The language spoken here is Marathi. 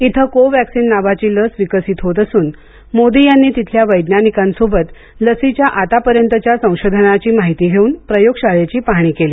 इथं कोवॅक्सिन नावाची लस विकसित होत असून मोदी यांनी तिथल्या वैज्ञानिकांसोबत लसीच्या आतापर्यंतच्या संशोधनाची माहिती घेऊन प्रयोगशाळेची पाहणी केली